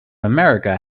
america